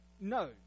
No